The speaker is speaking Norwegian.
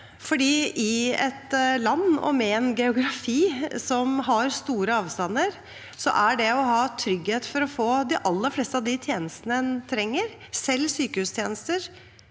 i et land med en geografi der det er store avstander, bør det være trygghet for at de aller fleste av de tjenestene en trenger, selv sykehustjenester,